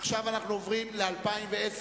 עכשיו אנחנו עוברים ל-2010,